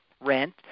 rent